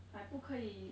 like 不可以